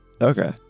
Okay